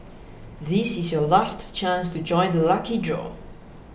this is your last chance to join the lucky draw